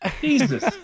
jesus